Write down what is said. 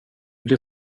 blir